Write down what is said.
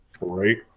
Right